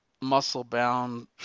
muscle-bound